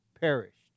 perished